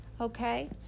Okay